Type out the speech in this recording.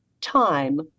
time